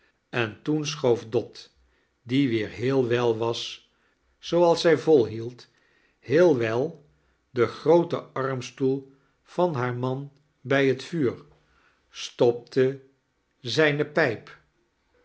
en toen schoof dot die weer heel wel was zooals zij volhield heel wel den grooten armstoel van haar hban bij het vuur stopte zijne pijp